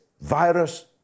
virus